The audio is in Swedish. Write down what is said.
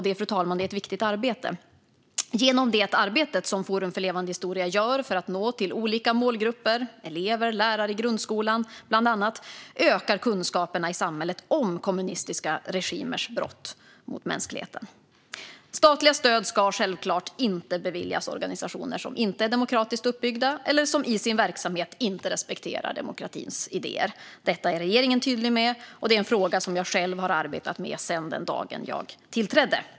Det, fru talman, är ett viktigt arbete. Genom det arbete som Forum för levande historia gör för att nå olika målgrupper, bland annat elever och lärare i grundskolan, ökar kunskaperna i samhället om kommunistiska regimers brott mot mänskligheten. Statliga stöd ska självklart inte beviljas organisationer som inte är demokratiskt uppbyggda eller som i sin verksamhet inte respekterar demokratins idéer. Detta är regeringen tydlig med, och det är en fråga som jag själv har arbetat med sedan den dag jag tillträdde.